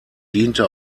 diente